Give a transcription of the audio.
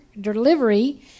delivery